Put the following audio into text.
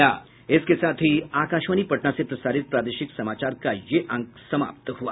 इसके साथ ही आकाशवाणी पटना से प्रसारित प्रादेशिक समाचार का ये अंक समाप्त हुआ